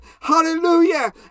hallelujah